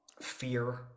fear